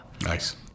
Nice